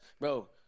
bro